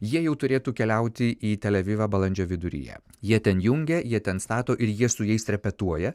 jie jau turėtų keliauti į tel avivą balandžio viduryje jie ten jungia jie ten stato ir jie su jais repetuoja